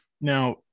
Now